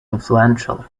influential